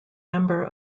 member